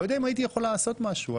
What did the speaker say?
לא יודע אם הייתי יכול לעשות משהו.